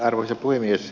arvoisa puhemies